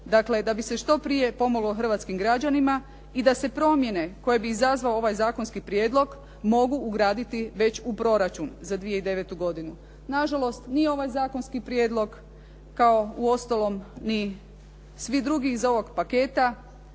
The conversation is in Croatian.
Dakle, da bi se što prije pomoglo hrvatskim građanima i da se promjene koje bi izazvao ovaj zakonski prijedlog mogu ugraditi već u proračun za 2009. godinu. Nažalost, ni ovaj zakonski prijedlog kao uostalom ni svi drugi iz ovog paketa,